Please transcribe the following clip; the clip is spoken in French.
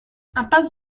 impasse